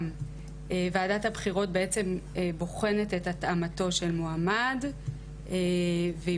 ועדת הבחירות בוחנת את התאמתו של מועמד והיא